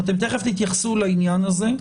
ואתם תכף תתייחסו לדבר הזה.